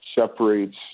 separates